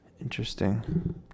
Interesting